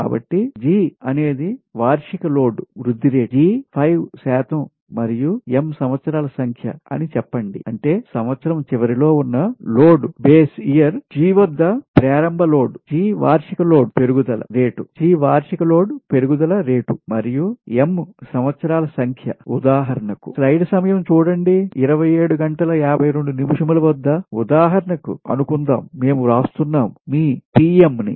కాబట్టి g అనేది వార్షిక లోడ్ వృద్ధి రేటు g 5 శాతం మరియు m సంవత్సరాల సంఖ్య అని చెప్పండి అంటే సంవత్సరం చివరిలో ఉన్న లోడ్ బేస్ ఇయర్ g వద్ద ప్రారంభ లోడ్ g వార్షిక లోడ్ పెరుగుదల రేటు మరియు m సంవత్సరాల సంఖ్యఉదాహరణకు ఉదాహరణకు అనుకుందాం మేము వ్రాస్తున్నాము మీ ని